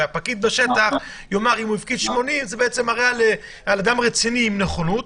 אבל הפקיד בשטח יאמר שאם הוא הפקיד 80% זה מראה על אדם רציני עם נכונות,